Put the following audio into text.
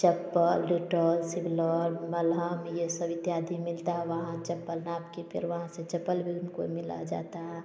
चप्पल Dettol Savlon मलहम ये सब इत्यादि मिलता है वहाँ चप्पल नाप के फिर वहाँ से चप्पल भी उनको मिल जाता है